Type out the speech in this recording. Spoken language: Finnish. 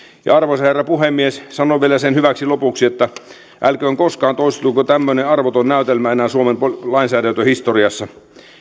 ja arvoisa herra puhemies sanon vielä hyväksi lopuksi sen että älköön koskaan toistuko tämmöinen arvoton näytelmä enää suomen lainsäädäntöhistoriassa